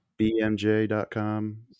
BMJ.com